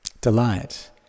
delight